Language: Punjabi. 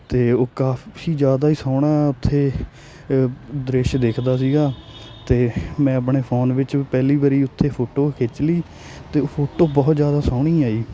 ਅਤੇ ਉਹ ਕਾਫ਼ੀ ਜ਼ਿਆਦਾ ਹੀ ਸੋਹਣਾ ਉੱਥੇ ਦ੍ਰਿਸ਼ ਦਿਖਦਾ ਸੀਗਾ ਅਤੇ ਮੈਂ ਆਪਣੇ ਫੋਨ ਵਿੱਚ ਪਹਿਲੀ ਵਾਰ ਉੱਥੇ ਫੋਟੋ ਖਿੱਚ ਲਈ ਅਤੇ ਉਹ ਫੋਟੋ ਬਹੁਤ ਜ਼ਿਆਦਾ ਸੋਹਣੀ ਆਈ